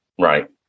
Right